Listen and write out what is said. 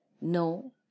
No